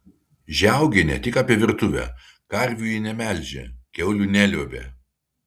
žiaugienė tik apie virtuvę karvių ji nemelžė kiaulių neliuobė